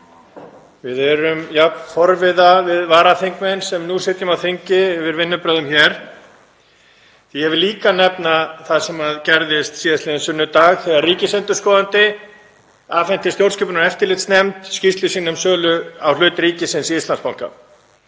Við erum jafn forviða, við varaþingmenn sem nú sitjum á þingi, yfir vinnubrögðum hér. Ég vil líka nefna það sem gerðist síðastliðinn sunnudag þegar ríkisendurskoðandi afhenti stjórnskipunar- og eftirlitsnefnd skýrslu sína um sölu á hlut ríkisins í Íslandsbanka.